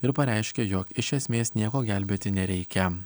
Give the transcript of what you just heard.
ir pareiškė jog iš esmės nieko gelbėti nereikia